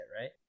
right